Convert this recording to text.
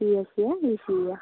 సిఎస్సియా ఈసిఈయా